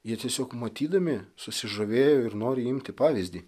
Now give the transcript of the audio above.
jie tiesiog matydami susižavėjo ir nori imti pavyzdį